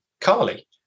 Carly